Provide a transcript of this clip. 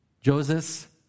Joseph